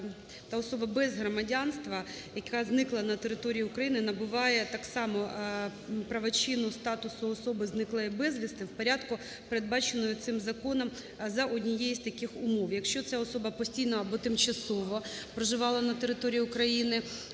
та особа без громадянства, яка зникла на території України, набуває так само правочину статусу особи, зниклої безвісти, в порядку, передбаченому цим законом, за однієї з таких умов: якщо ця особа постійно або тимчасово проживала на території України,